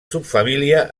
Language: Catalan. subfamília